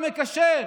שיקפיד.